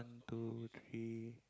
two three